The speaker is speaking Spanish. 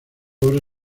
obra